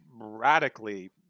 radically